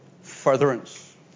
furtherance